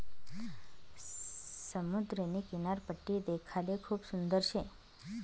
समुद्रनी किनारपट्टी देखाले खूप सुंदर शे